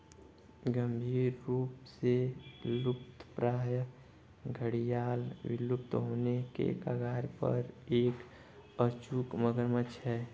गंभीर रूप से लुप्तप्राय घड़ियाल विलुप्त होने के कगार पर एक अचूक मगरमच्छ है